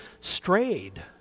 strayed